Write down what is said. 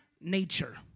nature